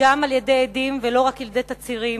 גם על-ידי עדים ולא רק על-ידי תצהירים,